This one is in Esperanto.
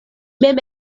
mem